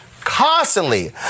constantly